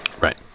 right